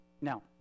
Now